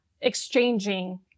exchanging